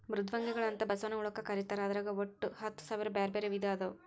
ಮೃದ್ವಂಗಿಗಳು ಅಂತ ಬಸವನ ಹುಳಕ್ಕ ಕರೇತಾರ ಅದ್ರಾಗ ಒಟ್ಟ ಹತ್ತಸಾವಿರ ಬ್ಯಾರ್ಬ್ಯಾರೇ ವಿಧ ಅದಾವು